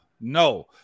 no